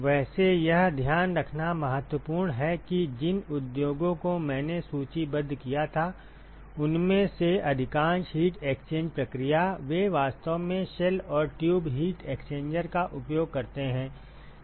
वैसे यह ध्यान रखना महत्वपूर्ण है कि जिन उद्योगों को मैंने सूचीबद्ध किया था उनमें से अधिकांश हीट एक्सचेंज प्रक्रिया वे वास्तव में शेल और ट्यूब हीट एक्सचेंजर का उपयोग करते हैं